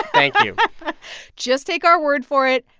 thank you just take our word for it.